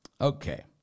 Okay